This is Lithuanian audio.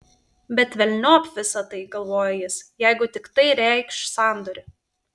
bet velniop visa tai galvojo jis jeigu tik tai reikš sandorį